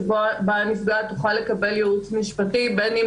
שבה הנפגעת תוכל לקבל ייעוץ משפטי בין אם